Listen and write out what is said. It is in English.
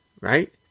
right